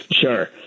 Sure